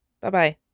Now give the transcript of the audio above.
Bye-bye